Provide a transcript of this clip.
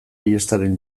ayestaren